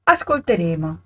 Ascolteremo